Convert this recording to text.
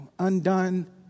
undone